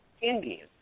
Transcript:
Indians